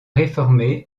réformé